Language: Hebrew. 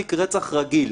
אל תחוקקו את זה.